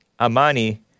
Amani